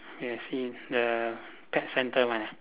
yes same the pet centre one ah